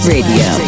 Radio